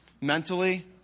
Mentally